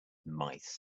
mice